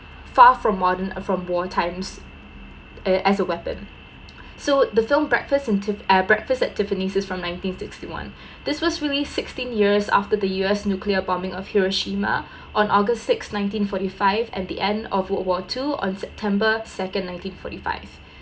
far from modern from war times uh as a weapon so the film breakfast in ti~ uh breakfast at Tiffany's from nineteen sixty one this was released sixteen years after the U_S nuclear bombing of Hiroshima on august six nineteen forty five at the end of world war two on september second nineteen forty five